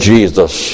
Jesus